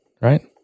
right